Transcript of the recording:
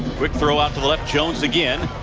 quick throw out to the left. jones again.